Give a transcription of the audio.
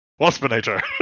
Waspinator